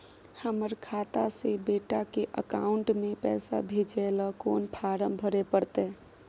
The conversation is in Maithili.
हमर खाता से बेटा के अकाउंट में पैसा भेजै ल कोन फारम भरै परतै?